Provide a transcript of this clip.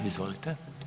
Izvolite.